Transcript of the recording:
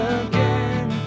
again